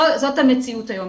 זאת המציאות היום.